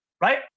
Right